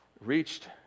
reached